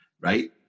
right